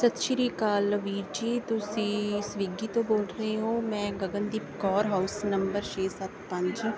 ਸਤਿ ਸ਼੍ਰੀ ਅਕਾਲ ਵੀਰ ਜੀ ਤੁਸੀਂ ਸਵਿਗੀ ਤੋਂ ਬੋਲ ਰਹੇ ਹੋ ਮੈਂ ਗਗਨਦੀਪ ਕੌਰ ਹਾਊਸ ਨੰਬਰ ਛੇ ਸੱਤ ਪੰਜ